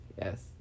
Yes